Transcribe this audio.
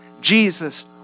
Jesus